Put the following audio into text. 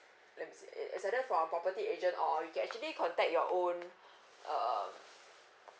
let me see it it's either from property agent or you can actually contact your own um